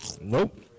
Nope